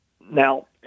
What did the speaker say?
now –